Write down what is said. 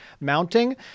mounting